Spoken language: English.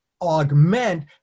augment